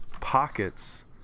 pockets